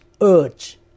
urge